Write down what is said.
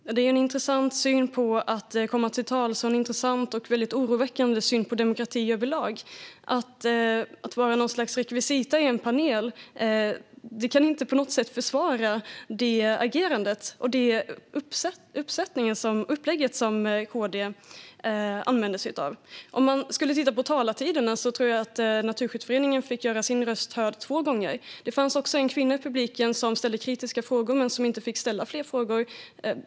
Fru talman! Det är en intressant syn på att få komma till tals och överlag en intressant och oroväckande syn på demokrati. Att vi var något slags rekvisita i panelen försvarar inte KD:s agerande och upplägg. Naturskyddsföreningen fick väl göra sin röst hörd två gånger, och det fanns en kvinna i publiken som ställde kritiska frågor men som sedan inte fick ställa fler frågor.